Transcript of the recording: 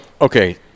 Okay